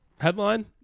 headline